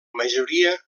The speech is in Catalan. majoria